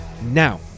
Now